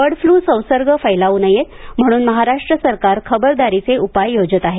word flu संसर्ग फैलावू नये म्हणून महाराष्ट्र सरकार खबरदारीचे उपाय योजत आहे